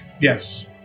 Yes